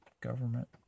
government